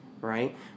right